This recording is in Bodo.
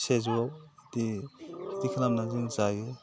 सेजौआव खेथि खालामनानै जों जायो